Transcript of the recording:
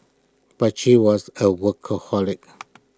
but she was A workaholic